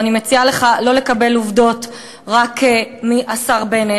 ואני מציעה לך לא לקבל עובדות רק מהשר בנט.